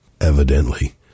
Evidently